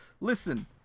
listen